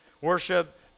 worship